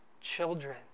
children